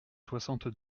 soixante